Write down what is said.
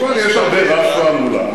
התכוונתי שיש הרבה רעש והמולה,